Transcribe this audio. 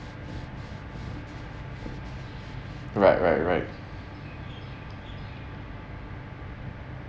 right right right